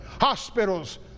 Hospitals